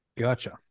Gotcha